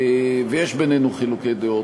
ויש בינינו חילוקי דעות,